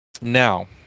now